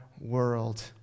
world